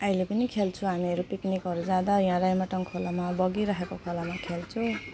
अहिले पनि खेल्छु हामीहरू पिकनिकहरू जाँदा यहाँ राइमाटाङ खोलामा बगिराखेको खोलामा खेल्छौँ